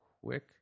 quick